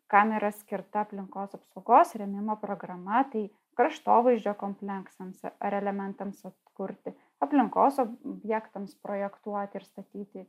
kam yra skirta aplinkos apsaugos rėmimo programa tai kraštovaizdžio kompleksams ar elementams atkurti aplinkos objektams projektuoti ir statyti